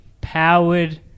Powered